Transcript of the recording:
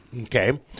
Okay